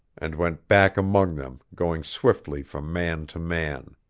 and went back among them, going swiftly from man to man.